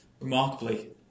Remarkably